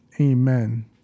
amen